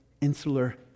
insular